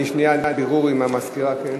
שנייה, בירור עם המזכירה.